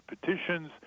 petitions